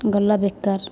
ଗଲା ବେକାର